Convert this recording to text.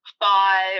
five